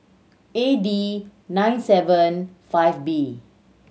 A D nine seven five B